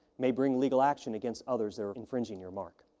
may bring legal action against others that are infringing your mark.